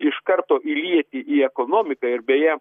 iš karto įlieti į ekonomiką ir beje